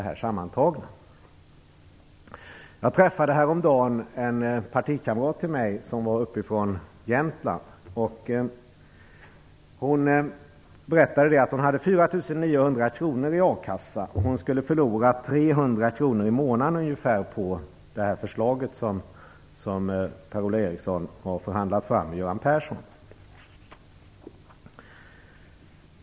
Häromdagen träffade jag en partikamrat från Jämtland. Hon berättade att hon har 4 900 kr i akassa. Hon skulle förlora ungefär 300 kr i månaden på det förslag som Per-Ola Eriksson har förhandlat fram med Göran Persson.